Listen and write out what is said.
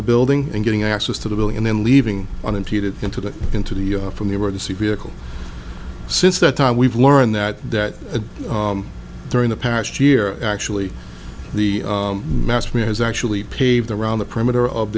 the building and getting access to the building and then leaving unimpeded into the into the from the emergency vehicles since that time we've learned that that during the past year actually the masked man has actually paved the around the perimeter of